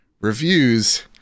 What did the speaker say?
Reviews